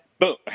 Boom